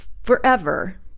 forever